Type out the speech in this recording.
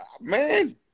Man